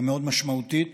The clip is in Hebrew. מאוד משמעותית.